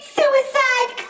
suicide